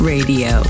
Radio